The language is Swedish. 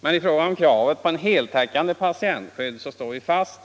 Men i fråga om kravet på ett heltäckande patientskydd står vi fast.